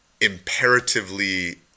imperatively